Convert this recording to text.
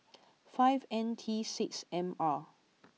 five N T six M R